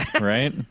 right